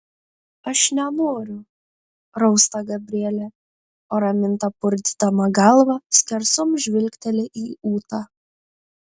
aš nenoriu rausta gabrielė o raminta purtydama galvą skersom žvilgteli į ūtą